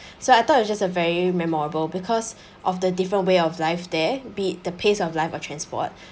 so I thought it was just a very memorable because of the different way of life there be it the pace of life or transport